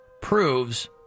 proves